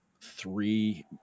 three